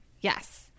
Yes